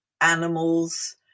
animals